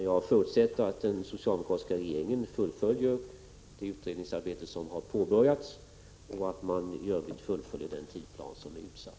Jag förutsätter att den socialdemokratiska regeringen fullföljer det utredningsarbete som har påbörjats och att man i övrigt följer den tidsplan som är utsatt.